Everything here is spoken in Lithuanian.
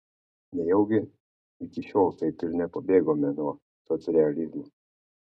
nejaugi iki šiol taip ir nepabėgome nuo socrealizmo